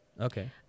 okay